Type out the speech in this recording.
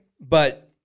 But-